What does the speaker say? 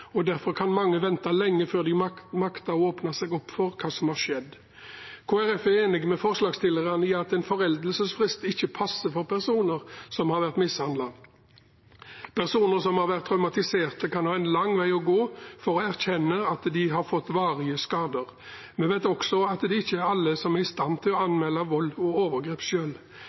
Derfor kan mange vente lenge før de makter å åpne seg opp for hva som har skjedd. Kristelig Folkeparti er enig med forslagsstillerne i at en foreldelsesfrist ikke passer for personer som har vært mishandlet. Personer som har vært traumatiserte, kan ha en lang vei å gå for å erkjenne at de har fått varige skader. Vi vet også at det ikke er alle som er i stand til å anmelde vold og overgrep